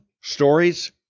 stories